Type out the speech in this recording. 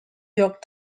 york